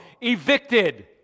evicted